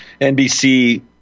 NBC